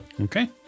okay